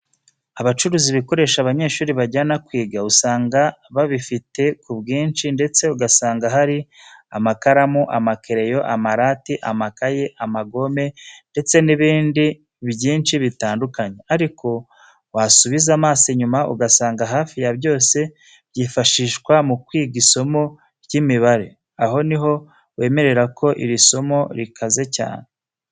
Abacuruza ibikoresho abanyeshuri bajyana kwiga usanga babifite ku bwinshi ndetse ugasanga hari amakaramu, amakereyo, amarati, amakayi, amagome ndetse n'ibindi binshi bitandukanye, ariko wasubiza amaso inyuma ugasanga hafi ya byose byifashishwa mu kwiga isomo ry'imibare. Aho ni ho wemerera ko iri somo rikaze cyane.